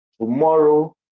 Tomorrow